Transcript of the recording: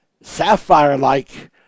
sapphire-like